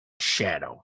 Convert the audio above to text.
Shadow